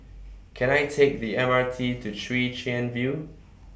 Can I Take The M R T to Chwee Chian View